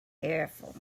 careful